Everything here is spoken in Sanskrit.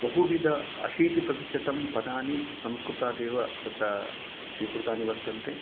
बहुविध अशीतिप्रतिशतं पदानि संस्कृतात् एव तत्र स्वीकृतानि वर्तन्ते